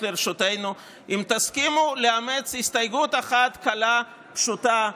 לרשותנו אם תסכימו לאמץ הסתייגות אחת קלה ופשוטה,